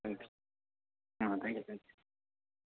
ah thank you thank you